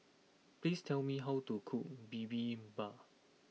please tell me how to cook Bibimbap